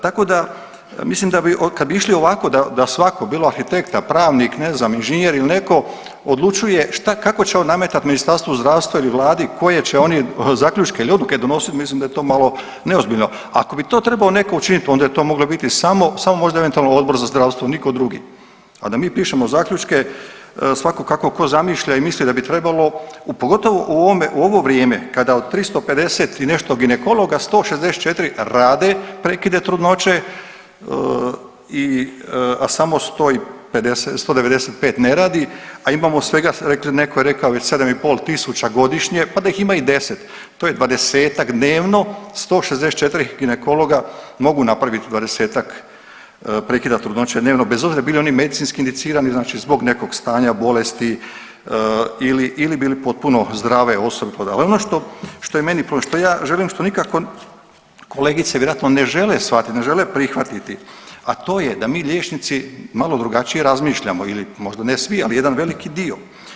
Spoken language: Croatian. Tako da ja mislim da bi, kad bi išli ovako da, da svako bilo arhitekta, pravnik, ne znam inženjer ili neko odlučuje šta, kako će on nametat Ministarstvu zdravstva ili vladi koje će oni zaključke ili odluke donosit, mislim da je to malo neozbiljno, a ako bi to trebao neko učinit onda je to moglo biti samo, samo možda eventualno Odbor za zdravstvo, niko drugi, a da mi pišemo zaključke svako kako ko zamišlja i misli da bi trebalo u pogotovo u ovome, u ovo vrijeme kada od 350 i nešto ginekologa 164 rade prekide trudnoće, a samo 195 ne radi, a imamo svega, neko je rekao 7,5 tisuća godišnje, pa da ih ima i 10 to je 20-tak dnevno, 164 ginekologa mogu napravit 20-tak prekida trudnoće dnevno bez obzira bili oni medicinski indicirani znači zbog nekog stanja, bolesti ili, ili bili potpuno zdrave osobe … [[Govornik se ne razumije]] Ono što, što je meni, što ja želim, što nikako kolegice vjerojatno ne žele shvatit, ne žele prihvatiti, a to je da mi liječnici malo drugačije razmišljamo ili možda ne svi, ali jedan velik dio.